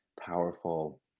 powerful